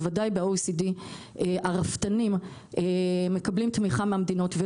בוודאי ב-OECD הרפתנים מקבלים תמיכה מהמדינות כי